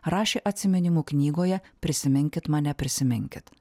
rašė atsiminimų knygoje prisiminkit mane prisiminkit